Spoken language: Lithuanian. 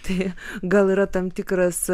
tai gal yra tam tikras